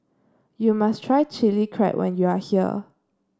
you must try Chilli Crab when you are here